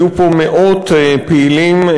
היו פה מאות פעילים,